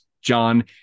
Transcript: John